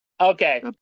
Okay